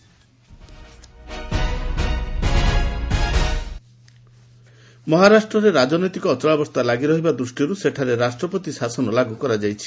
PM meet Maharashtra ମହାରାଷ୍ଟ୍ରରେ ରାଜନୈତିକ ଅଚଳାବସ୍ଥା ଲାଗି ରହିବା ଦୃଷ୍ଟିରୁ ସେଠାରେ ରାଷ୍ଟ୍ରପତି ଶାସନ ଲାଗୁ କରାଯାଇଛି